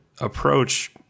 approach